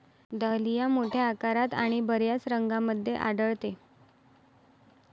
dahlia मोठ्या आकारात आणि बर्याच रंगांमध्ये आढळते